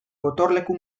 gotorleku